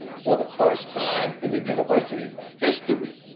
for the first time in the university's history,